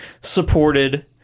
supported